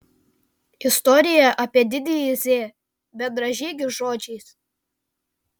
istorija apie didįjį z bendražygių žodžiais